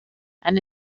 and